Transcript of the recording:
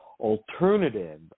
alternative